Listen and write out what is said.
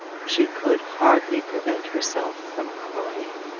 she could hardly prevent herself from crying.